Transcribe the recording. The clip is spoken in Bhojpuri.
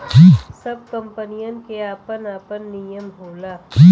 सब कंपनीयन के आपन आपन नियम होला